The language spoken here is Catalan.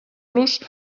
los